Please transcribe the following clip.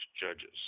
Judges